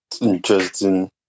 interesting